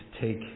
take